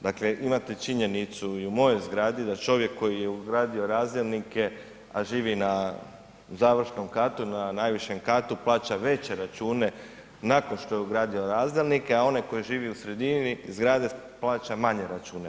Dakle, imate činjenicu i u mojoj zgradi da čovjek koji je ugradio razdjelnike, a živi na završnom katu, na najvišem katu plaća veće račune nakon što je ugradio razdjelnike, a onaj koji živi u sredini zgrade plaća manje račune.